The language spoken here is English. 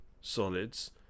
solids